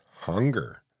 hunger